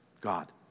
God